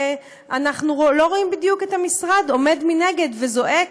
ואנחנו לא רואים בדיוק את המשרד עומד מנגד וזועק,